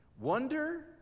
wonder